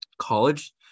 college